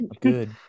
Good